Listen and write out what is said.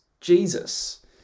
Jesus